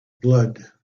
blood